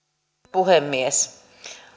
puhemies